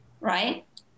right